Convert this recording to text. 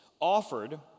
offered